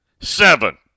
seven